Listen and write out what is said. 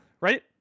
right